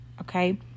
okay